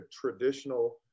traditional